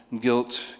guilt